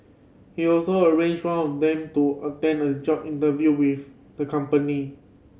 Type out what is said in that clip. he also arranged one of them to attend a job interview with the company